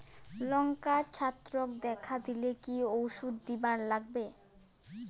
লঙ্কায় ছত্রাক দেখা দিলে কি ওষুধ দিবার লাগবে?